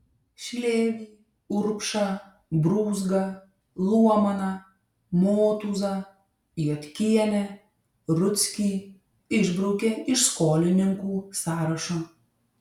šlėvį urbšą brūzgą luomaną motūzą juodkienę rudzkį išbraukė iš skolininkų sąrašo